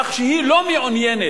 כך שהיא לא מעוניינת,